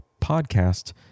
podcast